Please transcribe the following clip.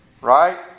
Right